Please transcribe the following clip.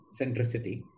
centricity